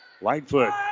Lightfoot